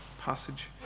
passage